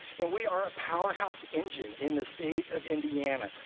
and we are a powerhouse engine in the state of indiana.